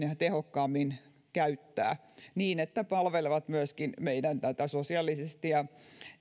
ja tehokkaammin käyttää niin että ne palvelevat myöskin meidän sosiaalisesti ja